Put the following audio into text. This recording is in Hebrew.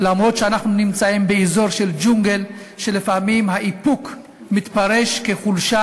אף שאנחנו נמצאים באזור של ג'ונגל ולפעמים האיפוק מתפרש כחולשה.